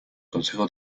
consejo